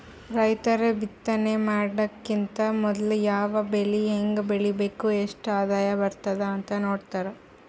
ರೈತರ್ ಬಿತ್ತನೆ ಮಾಡಕ್ಕಿಂತ್ ಮೊದ್ಲ ಯಾವ್ ಬೆಳಿ ಹೆಂಗ್ ಬೆಳಿಬೇಕ್ ಎಷ್ಟ್ ಆದಾಯ್ ಬರ್ತದ್ ಅಂತ್ ನೋಡ್ತಾರ್